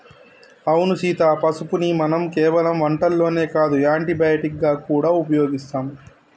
అవును సీత పసుపుని మనం కేవలం వంటల్లోనే కాదు యాంటీ బయటిక్ గా గూడా ఉపయోగిస్తాం